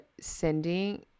sending